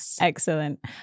Excellent